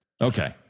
Okay